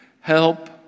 Help